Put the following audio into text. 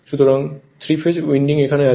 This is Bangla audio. সুতরাং 3 ফেজ উইন্ডিং এখানে আছে